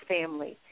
family